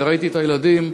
וראיתי את הילדים,